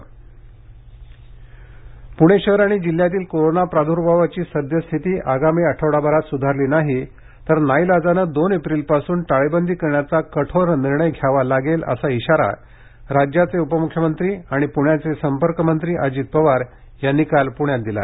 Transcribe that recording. पुणे टाळेबंदी पुणे शहर आणि जिल्ह्यातील कोरोना प्रादुर्भावाची सद्यस्थिती आगामी आठवडाभरात सुधारली नाही तर नाईलाजानं दोन एप्रिलपासून टाळेबंदी करण्याचा कठोर निर्णय घ्यावा लागेल असा इशारा राज्याचे उपमुख्यमंत्री आणि पूण्याचे संपर्क मंत्री अजित पवार यांनी काल प्ण्यात दिला